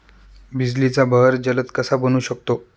बिजलीचा बहर जलद कसा बनवू शकतो?